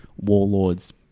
Warlords